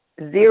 zero